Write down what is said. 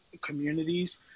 communities